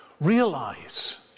Realize